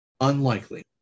unlikely